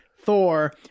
Thor